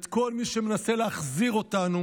את כל מי שמנסה להחזיר אותנו